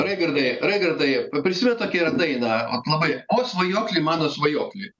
raigardai raigardai prisimenat tokia yra daina vat labai o svajokli mano svajokli